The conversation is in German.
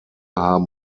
haben